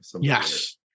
Yes